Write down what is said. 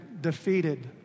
defeated